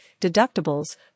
deductibles